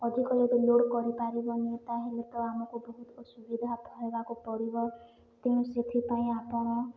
ଅଧିକ ଯଦି ଲୋଡ଼୍ କରିପାରିବ ନି ତାହେଲେ ତ ଆମକୁ ବହୁତ ଅସୁବିଧା ହେବାକୁ ପଡ଼ିବ ତେଣୁ ସେଥିପାଇଁ ଆପଣ